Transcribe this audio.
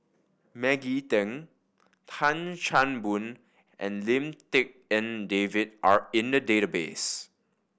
Maggie Teng Tan Chan Boon and Lim Tik En David are in the database